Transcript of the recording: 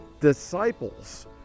disciples